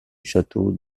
château